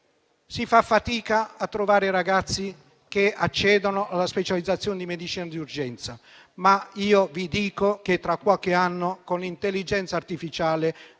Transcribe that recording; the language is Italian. si fa fatica a trovare ragazzi che accedono alla specializzazione di medicina di urgenza, ma io vi dico che tra qualche anno, con l'intelligenza artificiale,